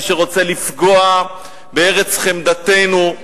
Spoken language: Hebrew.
מי שרוצה לפגוע בארץ חמדתנו,